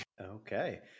okay